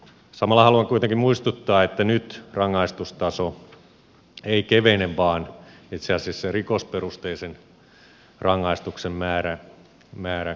samalla haluan kuitenkin muistuttaa että nyt rangaistustaso ei kevene vaan itse asiassa rikosperusteisen rangaistuksen määrä korottuu